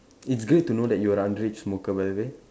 it's great to know that you're underage smoker by the way